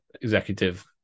executive